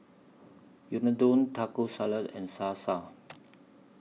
Unadon Taco Salad and Salsa